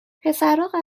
پسرها